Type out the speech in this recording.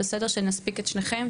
שנספיק את שניכם,